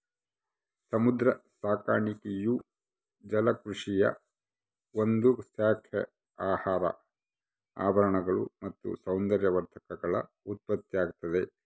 ಸಮುದ್ರ ಸಾಕಾಣಿಕೆಯು ಜಲಕೃಷಿಯ ಒಂದು ಶಾಖೆ ಆಹಾರ ಆಭರಣಗಳು ಮತ್ತು ಸೌಂದರ್ಯವರ್ಧಕಗಳ ಉತ್ಪತ್ತಿಯಾಗ್ತದ